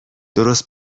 درست